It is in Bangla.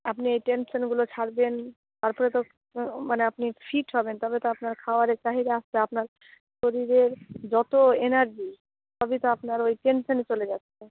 আপনি এই টেনশনগুলো ছাড়বেন তার পরে তো মানে আপনি ফিট হবেন তবে তো আপনার খাবারের চাহিদা আপনার শরীরের যত এনার্জি সবই তো আপনার ওই টেনশনে চলে যাচ্ছে